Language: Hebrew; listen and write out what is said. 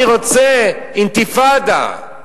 אני רוצה אינתיפאדה.